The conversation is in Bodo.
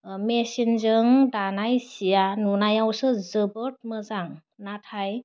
मेसिनजों दानाय सिया नुनायावसो जोबोद मोजां नाथाइ